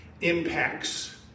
impacts